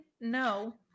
no